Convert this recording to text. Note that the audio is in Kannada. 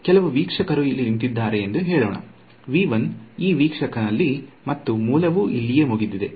ಕೆಲವು ವೀಕ್ಷಕರು ಇಲ್ಲಿ ನಿಂತಿದ್ದಾರೆ ಎಂದು ಹೇಳೋಣ ಈ ವೀಕ್ಷಕನಲ್ಲಿ ಮತ್ತು ಮೂಲವು ಇಲ್ಲಿಯೇ ಮುಗಿದಿದೆ